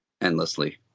Endlessly